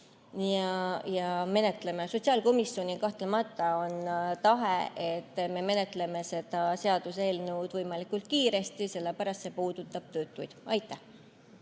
menetleme. Sotsiaalkomisjonil kahtlemata on tahe, et me menetleme seda seaduseelnõu võimalikult kiiresti, sellepärast et see puudutab töötuid.